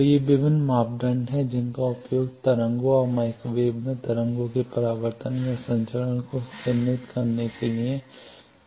तो ये विभिन्न मापदंड हैं जिनका उपयोग तरंगों और माइक्रोवेव में तरंगों के परावर्तन या संचरण को चिह्नित करने के लिए किया जाता है